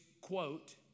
quote